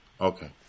Okay